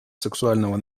сексуального